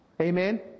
Amen